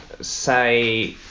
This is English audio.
say